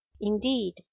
indeed